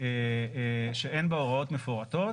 שאין בה הוראות מפורטות.